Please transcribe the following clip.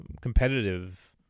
competitive